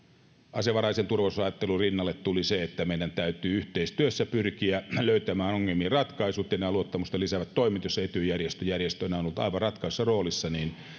asevaraisen turvallisuusajattelun rinnalle tuli nimenomaan se että meidän täytyy yhteistyössä pyrkiä löytämään ongelmiin ratkaisut ja nämä luottamusta lisäävät toimet joissa etyj järjestönä on ollut aivan ratkaisevassa roolissa